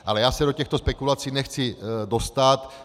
Ale já se do těchto spekulací nechci dostat.